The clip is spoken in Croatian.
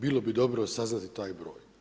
Bilo bi dobro saznati taj broj.